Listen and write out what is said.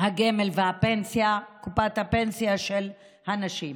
הגמל והפנסיה של הנשים.